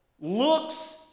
looks